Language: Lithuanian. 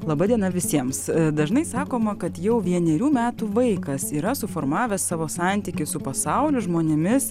laba diena visiems dažnai sakoma kad jau vienerių metų vaikas yra suformavęs savo santykį su pasauliu žmonėmis